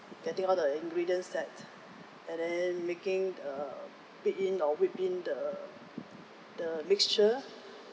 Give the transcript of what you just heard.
getting all the ingredients that and then making a beat in or whip in the the mixture